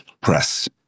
press